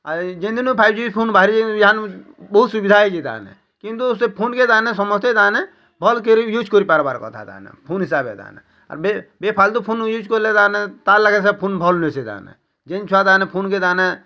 ଆଉ ଯିନ୍ ଦିନୁ ଫାଇଭ୍ ଜି ଫୁନ୍ ବାହାରି ୟାହାନୁ ବହୁତ୍ ସୁବିଧା ହେଇଛି ତା'ହାନେ କିନ୍ତୁ ସେ ଫୁନ୍ କେ ଦାନେ ସମସ୍ତେ ତାନେ ଭଲ୍ସେ ଭଲ୍ କିରି ୟୁଜ୍ କରିପାର୍ବାର କଥା ତାନ ଫୁନ୍ ହିସାବେ ତାନେ ଆର୍ ବେ ଫାଲ୍ତୁ ଫୋନ୍ ଯୁଜ୍ କଲେ ତାନେ ତା' ଲାଗେ ସେ ଫୋନ୍ ଭଲ୍ ନୁହେଁ ସେ ତା'ମାନେ ଯିନ୍ ଛୁଆ ତା'ନେ ଫୁନ୍ କେ ତାନେ